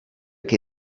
che